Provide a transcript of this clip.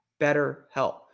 BetterHelp